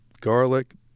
garlic